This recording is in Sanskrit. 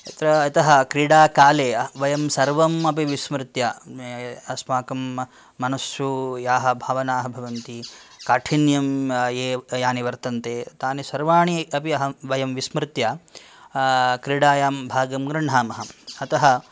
तत्र अतः क्रीडाकाले वयं सर्वम् अपि विस्मृत्य अस्माकं मनस्सु याः भावनाः भवन्ति काठिन्यं ये यानि वर्तन्ते तानि सर्वाणि अपि अहं वयं विस्मृत्य क्रीडायां भागं गृह्णामः अतः